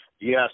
Yes